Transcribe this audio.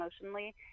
emotionally